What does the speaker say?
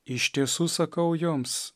iš tiesų sakau jums